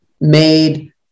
made